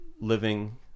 living